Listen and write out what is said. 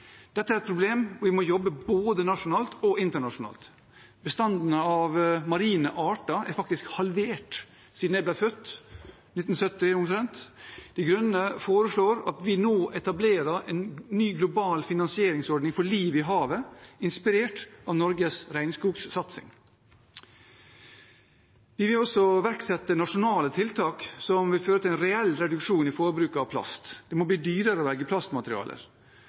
Dette er et problem, og vi må jobbe både nasjonalt og internasjonalt. Bestandene av marine arter er faktisk halvert siden jeg ble født, i 1970 omtrent. De Grønne foreslår at vi nå etablerer en ny global finansieringsordning for livet i havet, inspirert av Norges regnskogssatsing. Vi vil også iverksette nasjonale tiltak som vil føre til en reell reduksjon i forbruket av plast. Det må bli dyrere å velge plastmaterialer.